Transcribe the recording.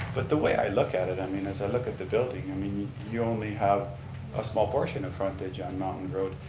but the way i look at, i mean as i look at the building, i mean you only have a small portion of frontage on mountain road.